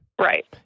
Right